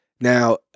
Now